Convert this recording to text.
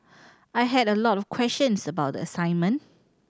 I had a lot of questions about the assignment